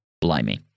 blimey